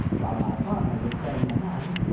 while my partner was playing the hand,